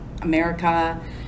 America